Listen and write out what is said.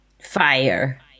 Fire